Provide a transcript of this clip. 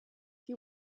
die